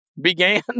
began